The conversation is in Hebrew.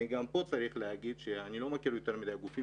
גם פה אני צריך להגיד שאני לא מכיר יותר מדי גופים